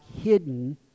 hidden